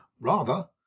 Rather